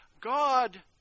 God